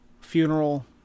funeral